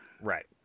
Right